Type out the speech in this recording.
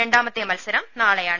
രണ്ടാമത്തെ മത്സരം നാളെയാണ്